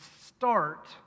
start